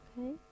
Okay